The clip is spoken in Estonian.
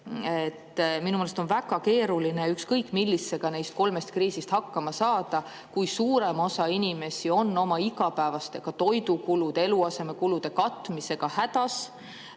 Minu meelest on väga keeruline ükskõik millisega neist kolmest kriisist hakkama saada, kui suurem osa inimesi on oma igapäevaste toidukulude ja eluasemekulude katmisega hädas,